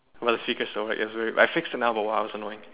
well the secret is still work I fixed it a while while I was still annoyed